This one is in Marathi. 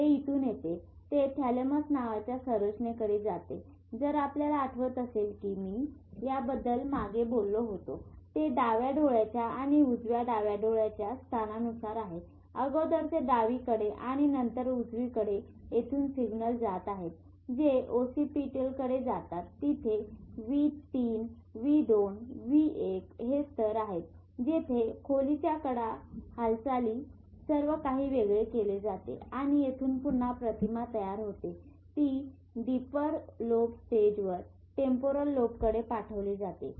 हे येथून येते ते थॅलेमस नावाच्या संरचनेकडे जाते जर आपल्याला आठवत असेल की मी याबद्दल मी मागे बोललो होतो ते डाव्या डोळ्याच्या आणि उजव्या डाव्या डोळ्याच्या स्थानानुसार आहे अगोदर ते डावीकडे आणि नंतर उजवीकडे येथून सिग्नल जात आहेत जे ओसीपीटलकडे जातात तेथे v 3 v 2 v 1 हे स्तर आहेत जेथे खोलीच्या कडा हालचाली सर्व काही वेगळे केले जाते आणि येथून पुन्हा प्रतिमा तयार होते जी डिपर लोब स्टेजवर टेम्पोरल लोबकडे पाठविली जाते